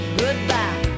goodbye